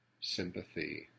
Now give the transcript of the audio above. sympathy